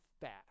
fast